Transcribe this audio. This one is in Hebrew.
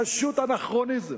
פשוט אנכרוניזם.